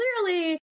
clearly